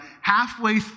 Halfway